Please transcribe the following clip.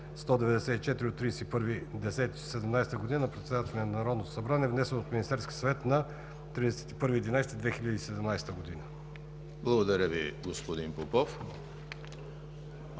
Благодаря Ви, господин Попов.